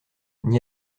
n’y